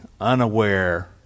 unaware